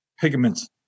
pigments